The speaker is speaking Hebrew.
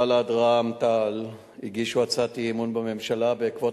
בל"ד ורע"ם-תע"ל הגישו הצעת אי-אמון בממשלה בעקבות